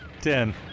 Ten